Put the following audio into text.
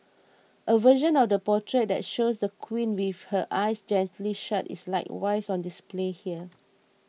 a version of the portrait that shows the Queen with her eyes gently shut is likewise on display here